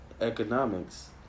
economics